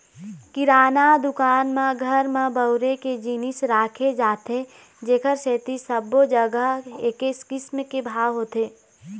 किराना दुकान म घर म बउरे के जिनिस राखे जाथे जेखर सेती सब्बो जघा एके किसम के भाव होथे